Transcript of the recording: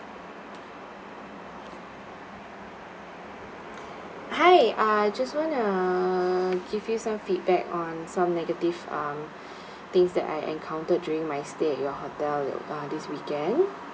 hi uh just want to give you some feedback on some negative um things that I encountered during my stay at your hotel while this weekend